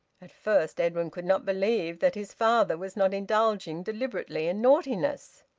at first edwin could not believe that his father was not indulging deliberately in naughtiness.